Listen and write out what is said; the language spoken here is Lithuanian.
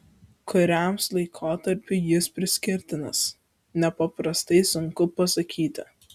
kuriams laikotarpiui jis priskirtinas nepaprastai sunku pasakyti